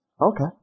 Okay